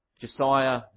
Josiah